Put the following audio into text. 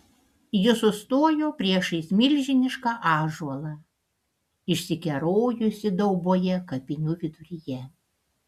ji sustojo priešais milžinišką ąžuolą išsikerojusį dauboje kapinių viduryje